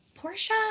Portia